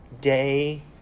day